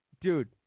dude